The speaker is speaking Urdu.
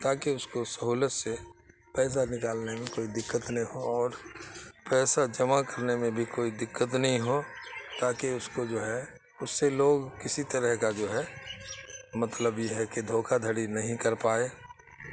تاکہ اس کو سہولت سے پیسہ نکالنے میں کوئی دقت نہیں ہو اور پیسہ جمع کرنے میں بھی کوئی دقت نہیں ہو تاکہ اس کو جو ہے اس سے لوگ کسی طرح کا جو ہے مطلب یہ ہے کہ دھوکہ دھڑی نہیں کر پائے